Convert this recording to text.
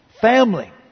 family